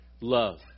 love